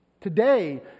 today